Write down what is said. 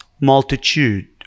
multitude